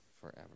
forever